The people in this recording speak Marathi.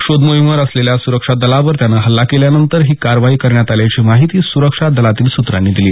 शोध मोहीमेवर असलेल्या सुरक्षा दलावर त्यानं हल्ला केल्यानंतर ही कारवाई करण्यात आल्याची माहिती सुरक्षा दलातील सुत्रांनी दिली